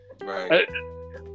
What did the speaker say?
right